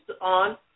on